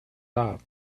off